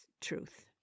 truth